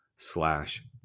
slash